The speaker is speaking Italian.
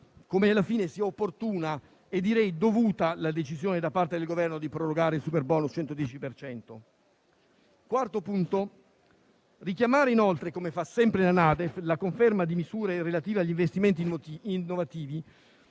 come sia opportuna e direi dovuta la decisione da parte del Governo di prorogare il superbonus del 110 per cento. Richiamare inoltre - come fa sempre la NADEF - la conferma di misure relative agli investimenti innovativi